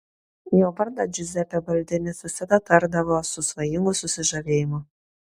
jo vardą džiuzepė baldinis visada tardavo su svajingu susižavėjimu